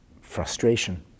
frustration